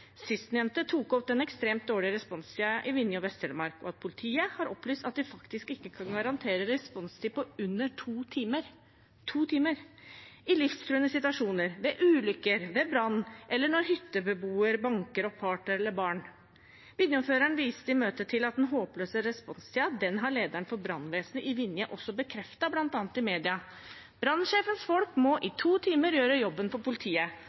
Sistnevnte tok opp den ekstremt dårlige responstiden i Vinje og Vest-Telemark, og at politiet har opplyst at de faktisk ikke kan garantere responstid på under to timer – to timer! – ved livstruende situasjoner, ved ulykker, ved brann, eller når hyttebeboer banker opp partner eller barn. Vinje-ordføreren viste i møtet til at den håpløse responstiden har lederen for brannvesenet i Vinje bekreftet, bl.a. i media. Brannsjefens folk må i to timer gjøre jobben for politiet,